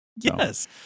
Yes